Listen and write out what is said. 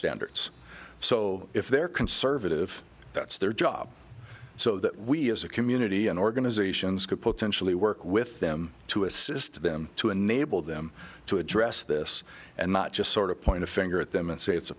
standards so if they're conservative that's their job so that we as a community and organizations could potentially work with them to assist them to enable them to address this and not just sort of point a finger at them and say it's a